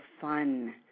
fun